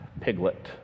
Piglet